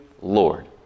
Lord